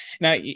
Now